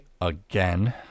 again